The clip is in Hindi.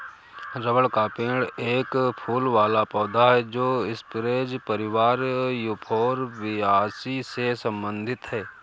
रबर का पेड़ एक फूल वाला पौधा है जो स्परेज परिवार यूफोरबियासी से संबंधित है